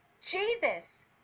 Jesus